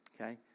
okay